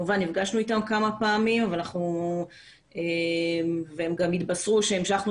נפגשנו אתם כמה פעמים והם גם התבשרו שהמשכנו